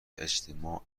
اجتماع